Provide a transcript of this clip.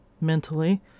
mentally